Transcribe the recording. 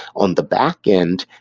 on the backend,